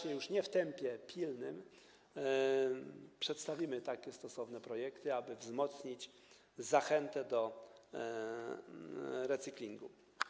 I już nie w tempie pilnym przedstawimy właśnie takie stosowne projekty, aby wzmocnić zachętę do recyklingu.